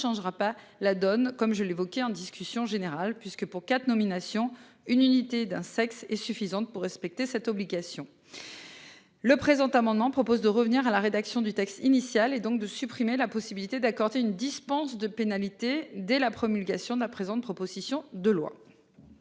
changera pas la donne. Comme je l'évoquais en discussion générale puisque pour 4 nominations, une unité d'un sexe est suffisante pour respecter cette obligation. Le présent amendement propose de revenir à la rédaction du texte initial et donc de supprimer la possibilité d'accorder une dispense de pénalité dès la promulgation de la présente, proposition de loi.